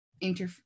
inter